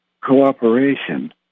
cooperation